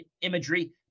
imagery